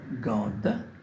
God